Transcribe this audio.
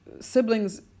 siblings